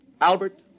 Albert